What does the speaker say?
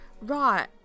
right